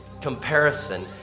comparison